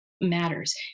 matters